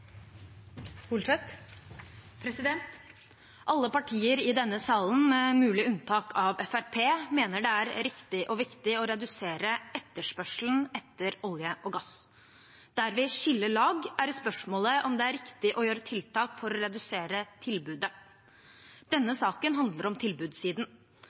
Alle partier i denne salen, med mulig unntak av Fremskrittspartiet, mener det er riktig og viktig å redusere etterspørselen etter olje og gass. Der vi skiller lag, er i spørsmålet om det er riktig å gjøre tiltak for å redusere tilbudet. Denne saken handler om tilbudssiden.